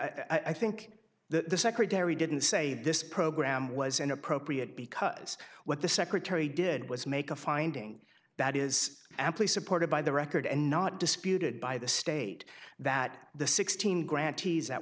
r i think that the secretary didn't say this program was inappropriate because what the secretary did was make a finding that is amply supported by the record and not disputed by the state that the sixteen gran